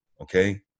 okay